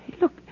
Look